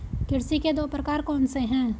कृषि के दो प्रकार कौन से हैं?